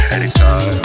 Anytime